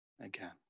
again